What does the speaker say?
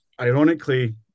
ironically